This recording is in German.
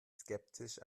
skeptisch